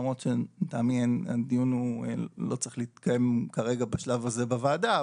למרות שלטעמי הדיון הוא לא צריך להתקיים כרגע בשלב הזה בוועדה.